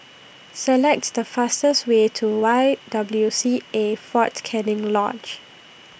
selects The fastest Way to Y W C A Fort Canning Lodge